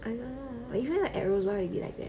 I don't know lah if I wanna add rows why would it be like that